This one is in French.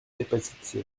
l’hépatite